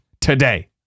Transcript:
today